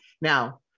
Now